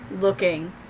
looking